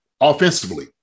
Offensively